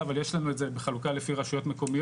אבל יש לנו את זה בחלוקה לפי רשויות מקומיות,